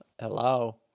Hello